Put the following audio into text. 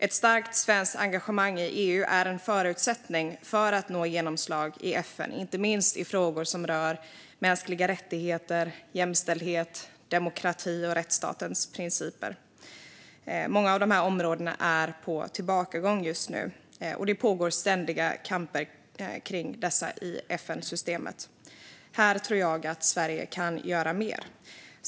Ett starkt svenskt engagemang i EU är en förutsättning för att nå genomslag i FN, inte minst i frågor som rör mänskliga rättigheter, jämställdhet, demokrati och rättsstatens principer. Många av dessa områden är på tillbakagång just nu, och det pågår ständiga kamper kring dem i FN-systemet. Här tror jag att Sverige kan göra mer.